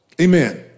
Amen